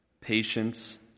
patience